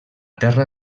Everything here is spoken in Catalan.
terra